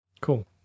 Cool